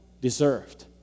deserved